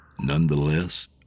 Nonetheless